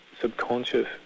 subconscious